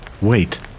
Wait